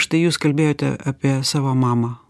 štai jūs kalbėjote apie savo mamą